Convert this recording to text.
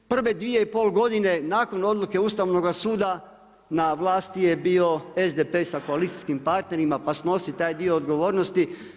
Prve dvije i pol godine nakon odluke Ustavnoga suda na vlasti je bio SDP sa koalicijskim partnerima, pa snosi taj dio odgovornosti.